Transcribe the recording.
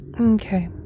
Okay